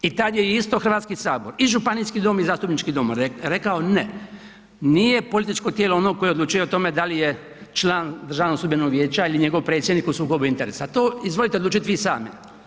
I tada je isto Hrvatski sabor i Županijski i Zastupnički dom rekao ne, nije političko tijelo ono koje odlučuje o tome da li je član Državnog sudbenog vijeća ili njegov predsjednik u sukobu interesa, to izvolite odlučiti vi sami.